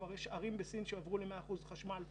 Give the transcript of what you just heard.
כבר יש ערים בסין שעברו ל-100% חשמל וכו'.